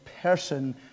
person